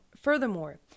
furthermore